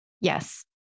Yes